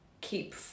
keep